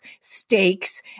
stakes